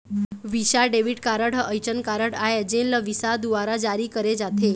Visa debit card ह असइन card आय जेन ल विसा दुवारा जारी करे जाथे